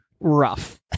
rough